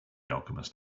alchemist